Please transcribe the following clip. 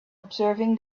observing